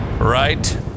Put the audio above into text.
Right